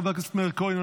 חבר הכנסת מאיר כהן,